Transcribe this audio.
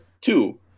Two